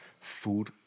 food